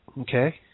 Okay